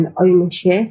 ownership